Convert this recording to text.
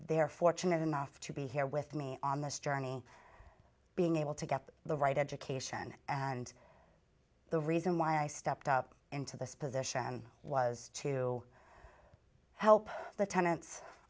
they are fortunate enough to be here with me on this journey being able to get the right education and the reason why i stepped up into this position was to help the tenan